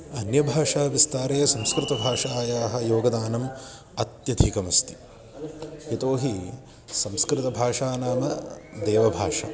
अन्यभाषाविस्तारे संस्कृतभाषायाः योगदानम् अत्यधिकमस्ति यतो हि संस्कृतभाषा नाम देवभाषा